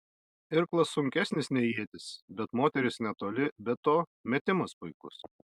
irklas sunkesnis nei ietis bet moteris netoli be to metimas puikus